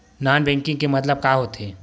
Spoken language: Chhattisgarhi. नॉन बैंकिंग के मतलब का होथे?